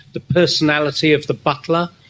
the personality of the butler.